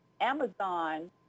Amazon